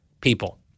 people